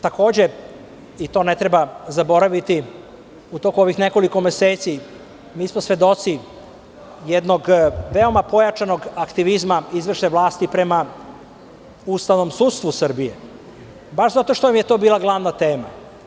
Takođe, i to ne treba zaboraviti, u toku ovih nekoliko meseci mi smo svedoci jednog veoma pojačanog aktivizma izvršne vlasti prema ustavnom sudstvu Srbije, baš zato što vam je to bila glavna tema.